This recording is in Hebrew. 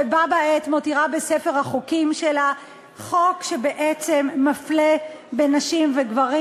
ובה בעת מותירה בספר החוקים שלה חוק שבעצם מפלה בין נשים וגברים,